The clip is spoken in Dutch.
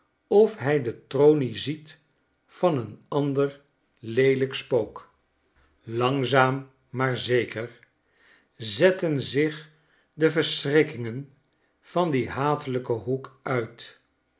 den indrukofhij de tronie ziet van een ander leelijk spook langzaam maar zeker zetten zich de verschrikkingen van dien hatelijken hoek uit